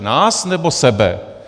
Nás, nebo sebe?